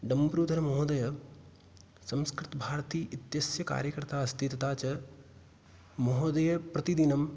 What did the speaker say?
डम्रूधर् महोदयः संस्कृतभारती इत्यस्य कार्यकर्ता अस्ति तथा च महोदयः प्रतिदिनं